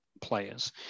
players